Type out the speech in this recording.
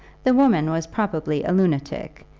the woman was probably a lunatic,